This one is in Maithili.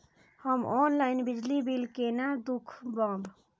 हम ऑनलाईन बिजली बील केना दूखमब?